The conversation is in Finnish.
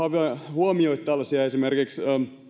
huomioi esimerkiksi